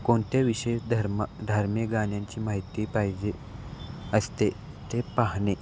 कोणत्या विषय धर्म धार्मिक गाण्यांची माहिती पाहिजे असते ते पाहणे